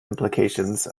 implications